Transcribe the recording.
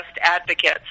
advocates